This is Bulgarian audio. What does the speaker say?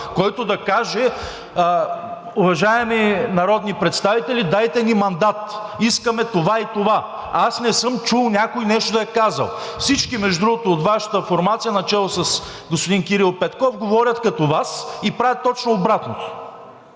който да каже: „Уважаеми народни представители, дайте ни мандат. Искаме това и това.“ Аз не съм чул някой нещо да е казал. Всички, между другото, от Вашата формация, начело с господин Кирил Петков, говорят като Вас и правят точно обратното.